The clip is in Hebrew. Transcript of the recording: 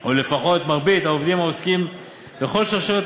או לפחות מרבית העובדים העוסקים בכל שרשרת